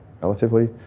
relatively